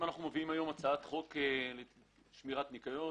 מביאים היום הצעת חוק שמירת ניקיון